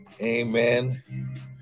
Amen